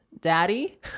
daddy